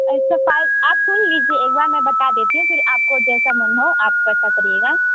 इसका साइज आप सुन लीजिए एक बार मैं बता देती हूँ फिर आपको जैसा मन हो आप वैसा करिएगा